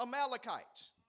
Amalekites